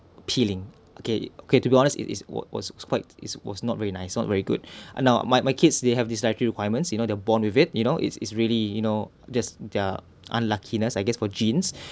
unappealing okay okay to be honest it's it's was quite it was not very nice not very good and now my my kids they have this dietary requirements you know they're born with it you know it's it's really you know just their unluckiness I guess for genes